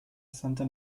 santa